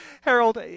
Harold